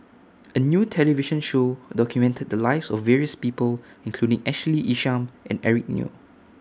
A New television Show documented The Lives of various People including Ashley Isham and Eric Neo